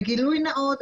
וגילוי נאות,